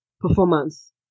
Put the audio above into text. performance